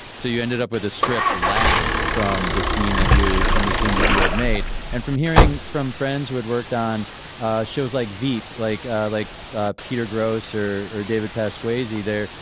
so you ended up with a script last from the scene that you from the scene that you had made and from hearing from friends who worked on shows like veep like ah like ah peter grosz or or david pass crazy there.